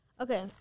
Okay